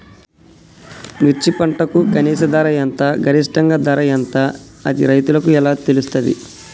మిర్చి పంటకు కనీస ధర ఎంత గరిష్టంగా ధర ఎంత అది రైతులకు ఎలా తెలుస్తది?